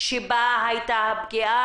שבה הייתה הפגיעה?